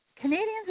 Canadians